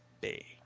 bay